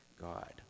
God